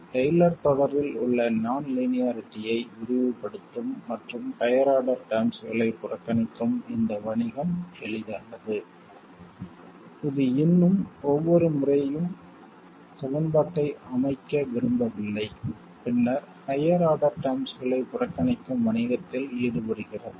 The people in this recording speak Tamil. டெய்லர் தொடரில் உள்ள நான் லீனியாரிட்டியை விரிவுபடுத்தும் மற்றும் ஹையர் ஆர்டர் டெர்ம்ஸ்களை புறக்கணிக்கும் இந்த வணிகம் எளிதானது இது இன்னும் ஒவ்வொரு முறையும் சமன்பாட்டை அமைக்க விரும்பவில்லை பின்னர் ஹையர் ஆர்டர் டெர்ம்ஸ்களை புறக்கணிக்கும் வணிகத்தில் ஈடுபடுகிறது